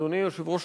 אדוני יושב-ראש